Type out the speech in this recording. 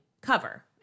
cover